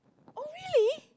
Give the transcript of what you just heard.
oh really